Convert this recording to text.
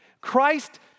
Christ